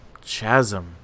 Chasm